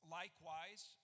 likewise